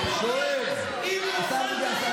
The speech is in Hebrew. אתה הרי, שקרן.